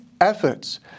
efforts